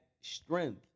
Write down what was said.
strength